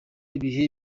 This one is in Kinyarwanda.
ibihe